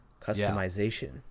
customization